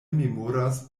memoras